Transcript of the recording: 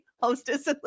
hostess